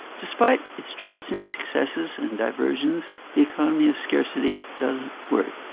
despite its transient successes and diversions the economy of scarcity doesn't work.